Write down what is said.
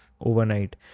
overnight